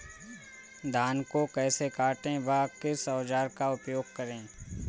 धान को कैसे काटे व किस औजार का उपयोग करें?